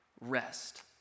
rest